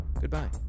Goodbye